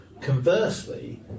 Conversely